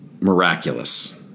miraculous